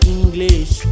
English